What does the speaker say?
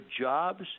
jobs